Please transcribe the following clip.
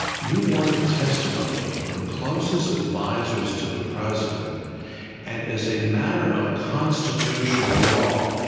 you want the testimony of the closest advisers to the president and, as a matter of constitutional law,